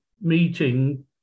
meeting